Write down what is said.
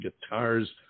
guitars